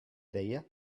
deia